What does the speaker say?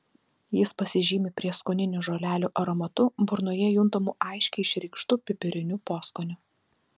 jis pasižymi prieskoninių žolelių aromatu burnoje juntamu aiškiai išreikštu pipiriniu poskoniu